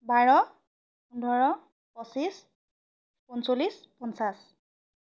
বাৰ পোন্ধৰ পঁচিছ পঞ্চল্লিছ পঞ্চাছ